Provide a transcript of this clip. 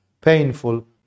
Painful